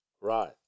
right